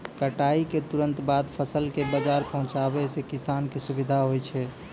कटाई क तुरंत बाद फसल कॅ बाजार पहुंचैला सें किसान कॅ सुविधा होय छै